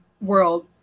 world